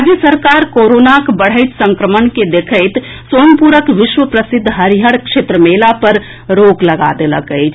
राज्य सरकार कोरोनाक बढ़ैत संक्रमण के देखैत सोनपुरक विश्व प्रसिद्ध हरिहर क्षेत्र मेला पर रोक लगा देलक अछि